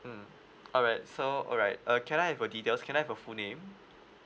mm alright so alright uh can I have your details can I have your full name